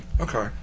Okay